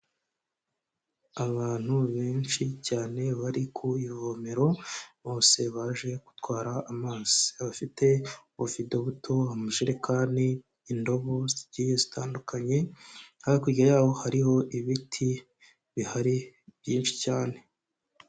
Abantu benshi cyane bari ku ivomero, bose baje gutwara amazi, abafite ubuvido buto, amajerekani, indobo zigiye zitandukanye, hakurya yaho hariho ibiti bihari byinshi cyane.